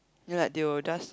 you know like they will just